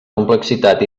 complexitat